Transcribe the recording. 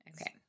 Okay